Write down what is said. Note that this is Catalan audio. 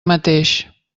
mateix